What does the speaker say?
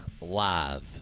live